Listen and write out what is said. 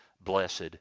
blessed